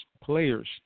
players